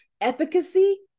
efficacy